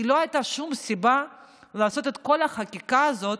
כי לא הייתה שום סיבה לעשות את כל החקיקה הזאת,